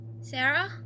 Sarah